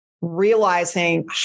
realizing